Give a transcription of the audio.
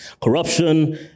Corruption